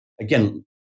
again